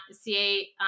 CA